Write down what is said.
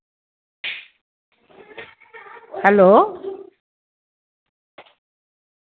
hello